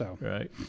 right